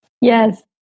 Yes